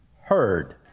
heard